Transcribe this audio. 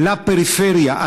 לפריפריה,